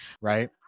right